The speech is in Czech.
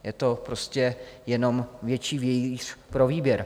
Je to prostě jenom větší vějíř pro výběr.